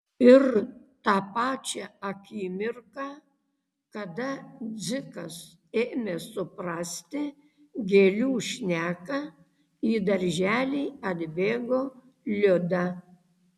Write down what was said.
ir tą pačią akimirką kada dzikas ėmė suprasti gėlių šneką į darželį atbėgo liuda